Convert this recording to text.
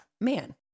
man